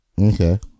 Okay